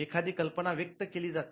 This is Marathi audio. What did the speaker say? एखादी कल्पना व्यक्त केली जाते